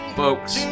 folks